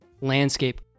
landscape